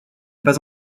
pas